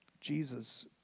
Jesus